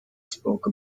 spoke